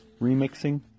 remixing